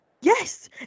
Yes